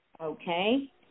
Okay